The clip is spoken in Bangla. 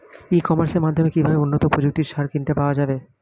ই কমার্সের মাধ্যমে কিভাবে উন্নত প্রযুক্তির সার কিনতে পাওয়া যাবে?